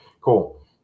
Cool